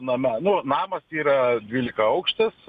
name nu namas yra dvylikaaukštis